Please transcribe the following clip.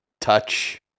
touch